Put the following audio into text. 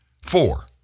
Four